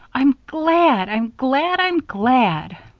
i'm glad! i'm glad! i'm glad!